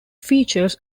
features